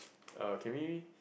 uh can we